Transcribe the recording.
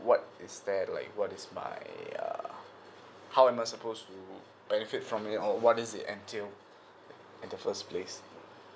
what is that like what is my err how am I suppose to benefit from your uh what is it actually um at the first place